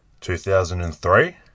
2003